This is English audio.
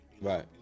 Right